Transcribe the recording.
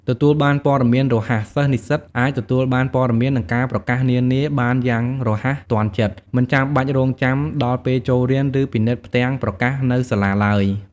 ទទួលបានព័ត៌មានរហ័ស សិស្សនិស្សិតអាច ទទួលបានព័ត៌មាន និងការប្រកាសនានាបានយ៉ាងរហ័សទាន់ចិត្ត មិនចាំបាច់រង់ចាំដល់ពេលចូលរៀន ឬពិនិត្យផ្ទាំងប្រកាសនៅសាលាឡើយ។